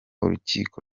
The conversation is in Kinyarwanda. urukiko